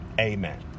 Amen